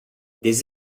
des